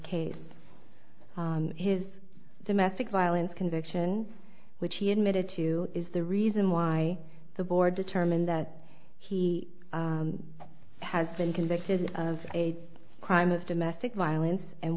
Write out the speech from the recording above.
case his domestic violence conviction which he admitted to is the reason why the board determined that he has been convicted of a crime of domestic violence and